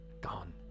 Gone